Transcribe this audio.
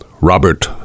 Robert